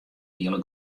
hiele